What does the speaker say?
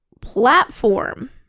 platform